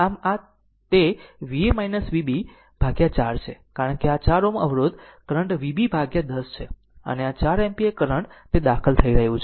આમ આ તે Va Vb ભાગ્યા 4 છે કારણ કે આ 4 Ω અવરોધ કરંટ Vb ભાગ્યા 10 છે અને આ 4 એમ્પીયર કરંટ તે દાખલ કરી રહ્યું છે